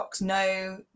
no